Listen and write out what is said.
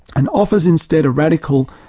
and offers instead a radical,